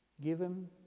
Given